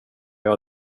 jag